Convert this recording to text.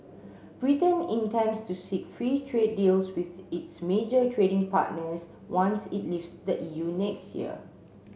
Britain intends to seek free trade deals with its major trading partners once it leaves the E U next year